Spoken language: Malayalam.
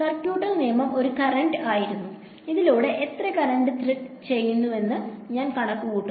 സർക്യൂട്ടൽ നിയമം ഒരു കറന്റ് ആയിരുന്നു ഇതിലൂടെ എത്ര കറന്റ് ത്രെഡ് ചെയ്യുന്നുവെന്ന് ഞാൻ കണക്കുകൂട്ടുന്നു